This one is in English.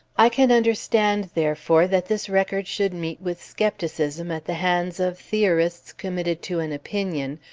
i can understand, therefore, that this record should meet with skepticism at the hands of theorists committed to an opinion,